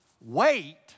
Wait